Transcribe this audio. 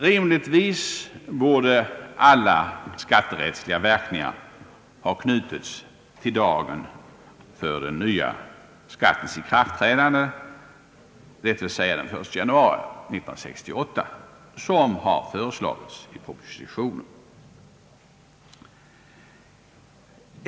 Rimligtvis borde alla skatterättsliga verkningar ha knutits till dagen för den nya skattens ikraftträ dande, dvs. den 1 januari 1968, som har föreslagits i propositionen.